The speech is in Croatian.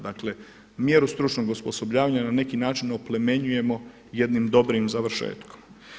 Dakle, mjeru stručnog osposobljavanja na neki način oplemenjujemo jednim dobrim završetkom.